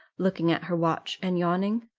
looking at her watch and yawning,